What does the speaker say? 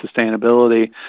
sustainability